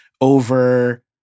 over